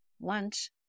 lunch